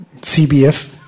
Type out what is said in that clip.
CBF